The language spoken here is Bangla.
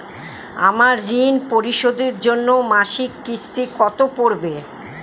আমার ঋণ পরিশোধের জন্য মাসিক কিস্তি কত পড়বে?